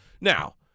now